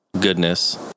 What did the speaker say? goodness